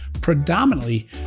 predominantly